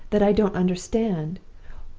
that i don't understand,